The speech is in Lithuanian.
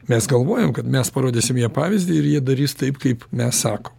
mes galvojom kad mes parodysim jiem pavyzdį ir jie darys taip kaip mes sakom